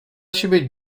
siebie